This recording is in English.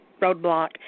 roadblock